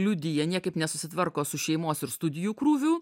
liudija niekaip nesusitvarko su šeimos ir studijų krūviu